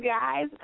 guys